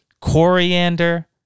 Coriander